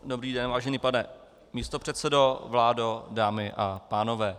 Dobrý den, vážený pane místopředsedo, vládo, dámy a pánové.